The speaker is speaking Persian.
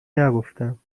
نگفتم